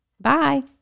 Bye